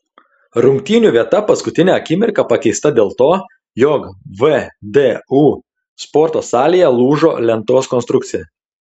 rungtynių vieta paskutinę akimirką pakeista dėl to jog vdu sporto salėje lūžo lentos konstrukcija